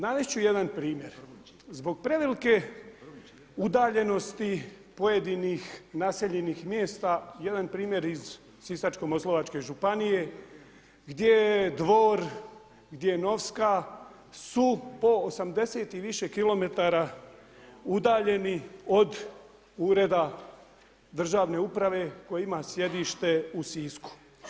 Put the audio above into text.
Navesti ću jedan primjer, zbog prevelike udaljenosti pojedinih naseljenih mjesta, jedan primjer iz Sisačko-moslavačke županije gdje je Dvor, gdje je Novska su po 80 i više km udaljeni od Ureda državne uprave koja ima sjedište u Sisku.